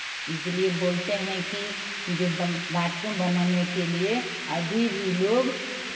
इसलिए बोलते हैं कि जो बाथरूम बनवाने के लिए अभी भी लोग